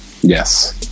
Yes